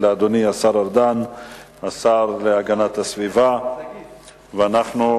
שאל את שר להגנת הסביבה ביום